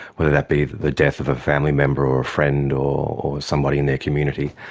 whether that be the death of a family member or friend or somebody in their community.